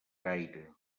gaire